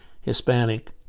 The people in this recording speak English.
Hispanic